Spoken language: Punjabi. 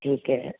ਠੀਕ ਹੈ